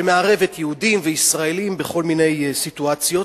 שמערבת יהודים וישראלים בכל מיני סיטואציות,